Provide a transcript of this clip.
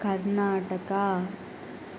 Karnataka